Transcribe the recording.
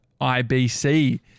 IBC